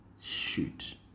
Shoot